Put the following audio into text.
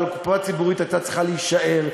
אבל הקופה הציבורית הייתה צריכה להישאר,